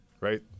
right